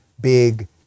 big